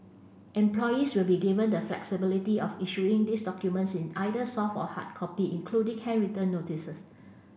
employers will be given the flexibility of issuing these documents in either soft or hard copy including handwritten notices